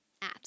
apps